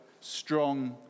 strong